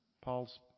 Paul's